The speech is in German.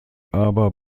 aber